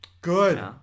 good